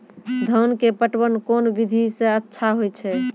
धान के पटवन कोन विधि सै अच्छा होय छै?